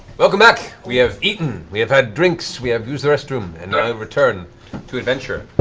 welcome back. we have eaten, we have had drinks, we have used the restroom, and now we return to adventure.